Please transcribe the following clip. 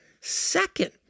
Second